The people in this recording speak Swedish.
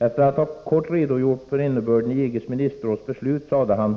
Efter att kort ha redogjort för innebörden i EG:s ministerråds beslut sade han: